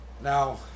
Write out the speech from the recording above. Now